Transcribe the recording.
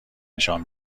نشان